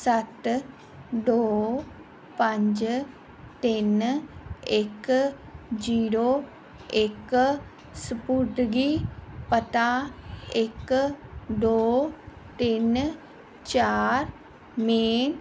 ਸੱਤ ਦੋ ਪੰਜ ਤਿੰਨ ਇੱਕ ਜੀਰੋ ਇੱਕ ਸਪੁਰਦਗੀ ਪਤਾ ਇੱਕ ਦੋ ਤਿੰਨ ਚਾਰ ਮੇਨ